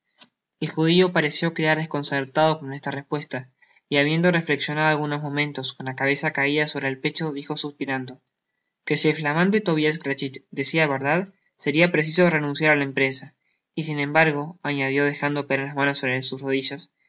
el judio pareció quedar desconcertado con esta respuesta y habiendo reflecsionado algunos minutos con la cabeza caida sobre el pecho dijo suspirando que si el flamante tobias crachit decia verdad seria preciso renunciar á la empresa y sin embargoañadió dejando caer las manos sobre sus rodillas